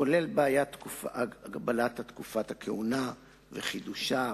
לרבות בעיית הגבלת תקופת הכהונה וחידושה,